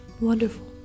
wonderful